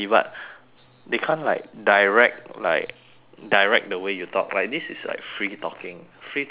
they can't like direct like direct the way you talk like this is like free talking free talking